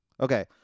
Okay